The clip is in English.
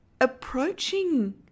approaching